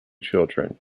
children